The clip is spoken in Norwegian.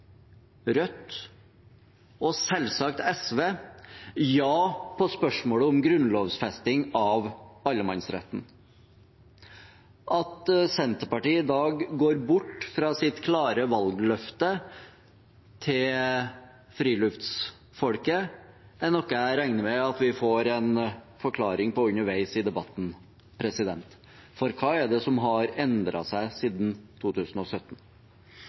Rødt og selvsagt SV ja på spørsmålet om grunnlovfesting av allemannsretten. At Senterpartiet i dag går bort fra sitt klare valgløfte til friluftsfolket, er noe jeg regner med at vi får en forklaring på underveis i debatten. For hva er det som har endret seg siden 2017?